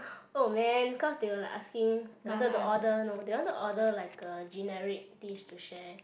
oh man cause they were like asking wanted to order no they want to order like a generic dish to share